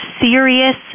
Serious